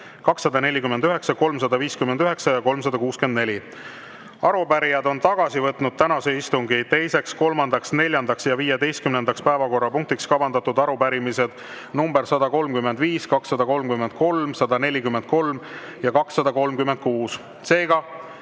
249, 359 ja 364. Arupärijad on tagasi võtnud tänase istungi teiseks, kolmandaks, neljandaks ja 15. päevakorrapunktiks kavandatud arupärimised nr 135, 233, 143 ja 236.